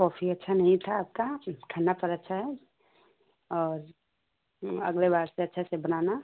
coffee अच्छा नहीं था आपका ठंडा पर अच्छा है और अगले बार से अच्छा से बनाना